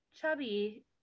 chubby